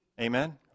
amen